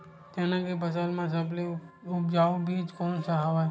चना के फसल म सबले उपजाऊ बीज कोन स हवय?